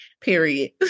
Period